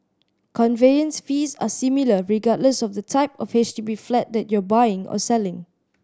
conveyance fees are similar regardless of the type of H D B flat that you are buying or selling